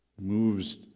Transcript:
moves